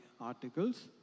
articles